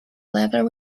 level